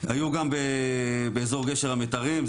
היו גם באזור גשר המיתרים,